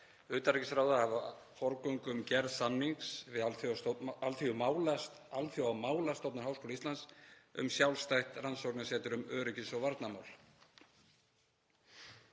utanríkisráðherra að hafa forgöngu um gerð samnings við Alþjóðamálastofnun Háskóla Íslands um sjálfstætt rannsóknasetur um öryggis- og varnarmál.